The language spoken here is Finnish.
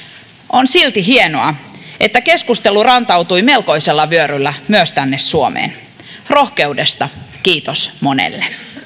on silti hienoa että keskustelu rantautui melkoisella vyöryllä myös tänne suomeen rohkeudesta kiitos monelle